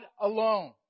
alone